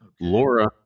Laura